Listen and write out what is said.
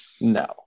no